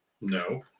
No